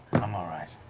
i'm all right.